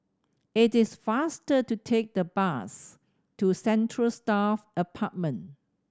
it is faster to take the bus to Central Staff Apartment